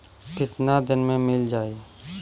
कितना दिन में मील जाई?